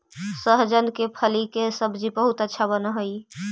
सहजन के फली के सब्जी बहुत अच्छा बनऽ हई